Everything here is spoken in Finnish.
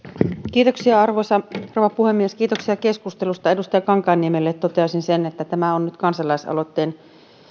kiitoksia arvoisa rouva puhemies kiitoksia keskustelusta edustaja kankaanniemelle toteaisin sen että tämä on nyt kansalaisaloitteen